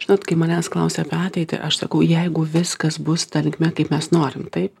žinot kai manęs klausia apie ateitį aš sakau jeigu viskas bus ta linkme kaip mes norim taip